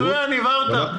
מצוין, הבהרת.